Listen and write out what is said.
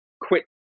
quit